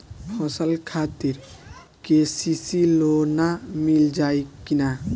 फसल खातिर के.सी.सी लोना मील जाई किना?